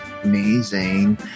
Amazing